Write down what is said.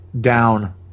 down